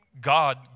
God